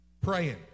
praying